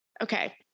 Okay